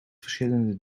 verschillende